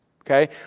Okay